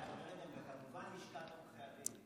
ואת אומרת "כמובן לשכת עורכי הדין".